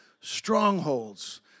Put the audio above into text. strongholds